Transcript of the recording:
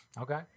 Okay